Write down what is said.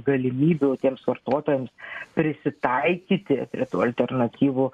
galimybių visiems vartotojams prisitaikyti prie tų alternatyvų